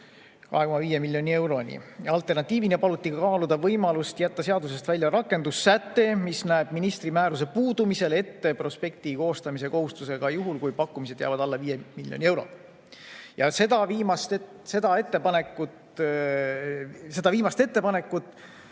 2,5 miljoni euroni. Alternatiivina paluti kaaluda võimalust jätta seadusest välja rakendussäte, mis näeb ministri määruse puudumise korral ette prospekti koostamise kohustuse ka juhul, kui pakkumised jäävad alla 5 miljoni euro. Seda viimast ettepanekut